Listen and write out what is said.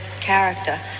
character